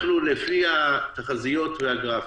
לפי התחזיות והגרפים,